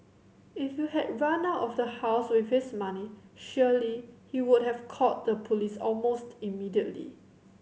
if you had run out of house with his money surely he would have called the police almost immediately